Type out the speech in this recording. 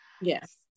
Yes